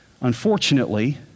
Unfortunately